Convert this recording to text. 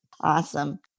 Awesome